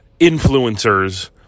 influencers